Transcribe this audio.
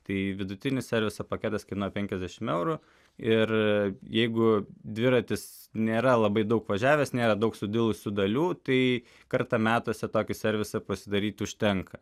tai vidutinis serviso paketas kainuoja penkiasdešimt eurų ir jeigu dviratis nėra labai daug važiavęs nėra daug sudilusių dalių tai kartą metuose tokį servisą pasidaryti užtenka